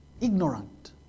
ignorant